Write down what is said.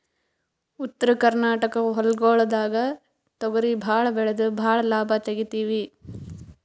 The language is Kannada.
ಉತ್ತರ ಕರ್ನಾಟಕ ಹೊಲ್ಗೊಳ್ದಾಗ್ ತೊಗರಿ ಭಾಳ್ ಬೆಳೆದು ಭಾಳ್ ಲಾಭ ತೆಗಿತೀವಿ